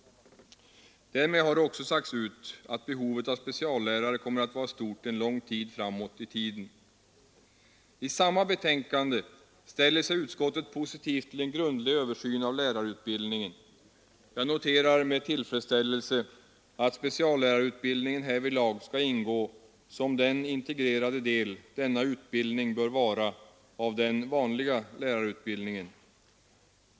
Därmed har det också sagts ut att behovet av speciallärare kommer att vara stort under en lång tid. I samma betänkande ställer sig utskottet positivt till en grundlig översyn av lärarutbildningen. Jag noterar med tillfredsställelse att speciallärarutbildningen härvidlag skall ingå som den integrerade del denna utbildning bör vara av den vanliga lärarutbildningen.